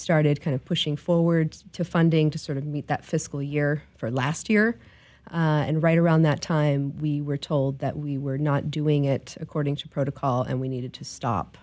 started kind of pushing forward to funding to sort of meet that fiscal year for last year and right around that time we were told that we were not doing it according to protocol and we needed to stop